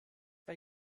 bei